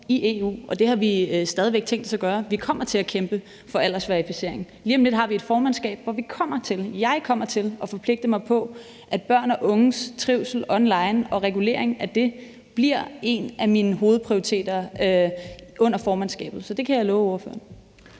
i EU, og det har vi stadig væk tænkt os at gøre. Vi kommer til at kæmpe for aldersverificering. Lige om lidt har vi et formandskab, hvor vi kommer til, jeg kommer til at forpligte mig på, at børn og unges trivsel online og regulering af det bliver en af mine hovedprioriteter under formandskabet. Så det kan jeg love ordføreren.